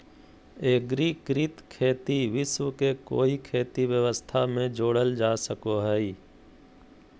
एग्रिकृत खेती विश्व के कोई खेती व्यवस्था में जोड़ल जा सको हइ